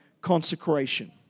consecration